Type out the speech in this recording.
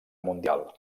mundial